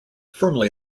firmly